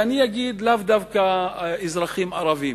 לאו דווקא אזרחים ערבים.